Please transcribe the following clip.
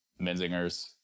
menzingers